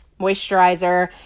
moisturizer